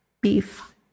Beef